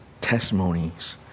testimonies